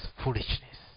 foolishness